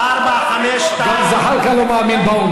למשל החלטה 242 של מועצת הביטחון,